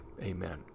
Amen